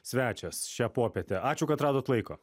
svečias šią popietę ačiū kad radot laiko